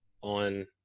on